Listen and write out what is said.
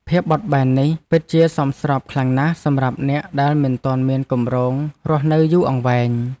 ភាពបត់បែននេះពិតជាសមស្របខ្លាំងណាស់សម្រាប់អ្នកដែលមិនទាន់មានគម្រោងរស់នៅយូរអង្វែង។